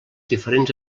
diferents